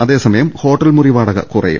അതേസമയം ഹോട്ടൽ മുറി വാടക കുറയും